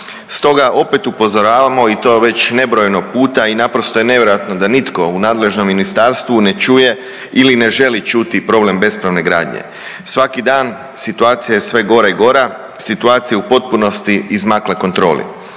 Stoga opet upozoravamo i to već nebrojeno puta i naprosto je nevjerojatno da nitko u nadležnom ministarstvu ne čuje ili ne želi čuti problem bespravne gradnje. Svaki dan situacija je sve gora i gora. Situacija je u potpunosti izmakla kontroli.